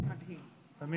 בבקשה, אדוני, עד שלוש דקות.